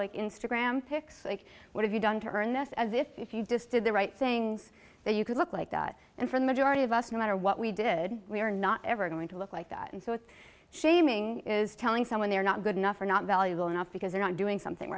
pics like what have you done to earn this as if you just did the right things that you could look like that and for the majority of us no matter what we did we're not ever going to look like that and so it's shaming is telling someone they're not good enough or not valuable enough because they're not doing something